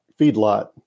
feedlot